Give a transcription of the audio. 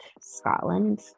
Scotland